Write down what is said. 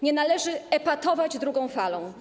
Nie należy epatować drugą falą.